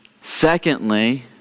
Secondly